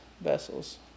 vessels